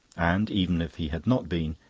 and even if he had not been,